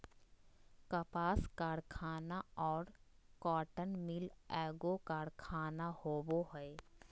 कपास कारखाना और कॉटन मिल एगो कारखाना होबो हइ